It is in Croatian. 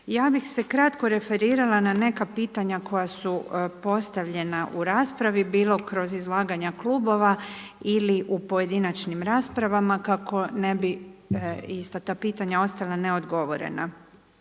Ja bih se kratko referirala na neka pitanja koja su postavljena u raspravi bilo kroz izlaganja klubova ili u pojedinačnim raspravama kako ne bi ista ta pitanja ostala neodgovorena.